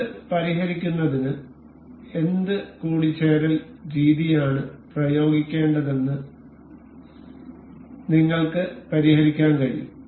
ഇത് പരിഹരിക്കുന്നതിന് എന്ത് കൂടിച്ചേരൽ രീതിയാണ് പ്രയോഗിക്കേണ്ടതെന്ന് നിങ്ങൾക്ക് പരിഹരിക്കാൻ കഴിയും